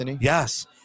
yes